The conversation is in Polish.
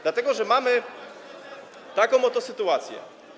Dlatego że mamy taką oto sytuację.